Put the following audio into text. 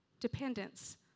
dependence